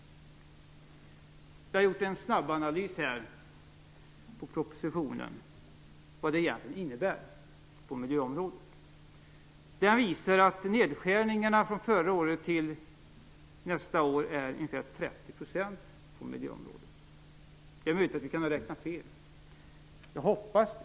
Jag har gjort en snabbanalys av vad budgetpropositionen egentligen innebär på miljöområdet. Den visar att nedskärningarna på miljöområdet från förra året till nästa år är ungefär 30 %. Det är möjligt att jag har räknat fel - jag hoppas det.